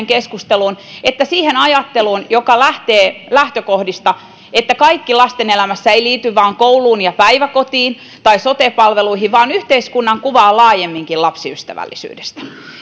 keskusteluun että siihen ajatteluun joka lähtee niistä lähtökohdista että kaikki lasten elämässä ei liity vain kouluun ja päiväkotiin tai sote palveluihin vaan tämä liittyy yhteiskunnan kuvaan laajemminkin lapsiystävällisyydestä